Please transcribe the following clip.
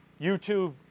YouTube